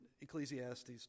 Ecclesiastes